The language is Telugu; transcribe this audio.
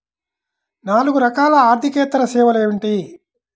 నాలుగు రకాల ఆర్థికేతర సేవలు ఏమిటీ?